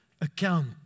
account